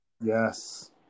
Yes